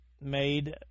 made